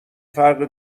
فرق